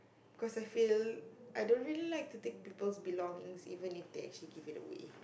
cause I feel I don't really like to take people's belongings even if they actually give it away